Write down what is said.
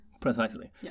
Precisely